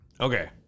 Okay